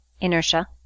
inertia